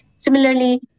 Similarly